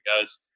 guys